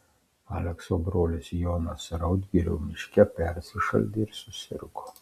alekso brolis jonas raudgirio miške persišaldė ir susirgo